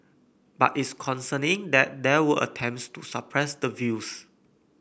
but it's concerning that there were attempts to suppress the views